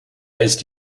ist